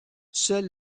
seule